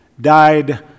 died